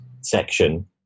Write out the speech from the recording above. section